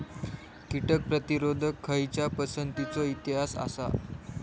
कीटक प्रतिरोधक खयच्या पसंतीचो इतिहास आसा?